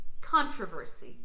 Controversy